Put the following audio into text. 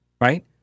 right